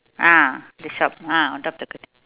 ah the shop ah on top the curtain